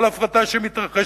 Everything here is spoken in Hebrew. כל הפרטה שמתרחשת,